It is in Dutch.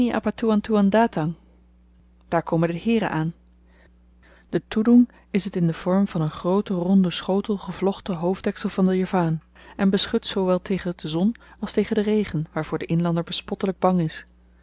daar komen de heeren aan de toedoeng is het in den vorm van een grooten ronden schotel gevlochten hoofddeksel van den javaan en beschut zoowel tegen de zon als tegen den regen waarvoor de inlander bespottelyk bang is